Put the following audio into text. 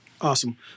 Awesome